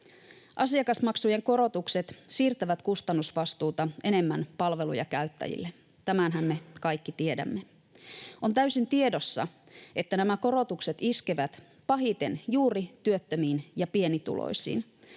Asiakasmaksujen korotukset siirtävät kustannusvastuuta enemmän palveluja käyttäville. Tämänhän me kaikki tiedämme. On täysin tiedossa, että nämä korotukset iskevät pahiten juuri työttömiin ja pienituloisiin.